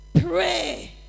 pray